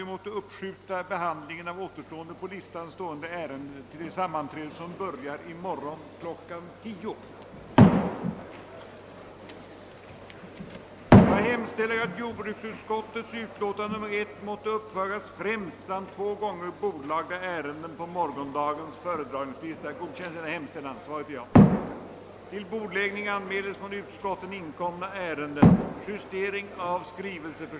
Undertecknad anhåller om ledighet från riksdagsgöromålen under tiden 9— 14 april för deltagande i Interparlamentariska Unionens rådsmöte i Wien. Undertecknad anhåller om ledighet från riksdagsgöromålen under tiden 9— 11 april för deltagande i Interparlamentariska Unionens rådsmöte i Wien.